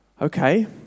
okay